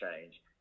change